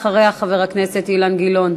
אחריה, חבר הכנסת אילן גילאון.